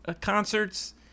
concerts